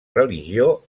religió